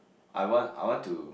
I want I want to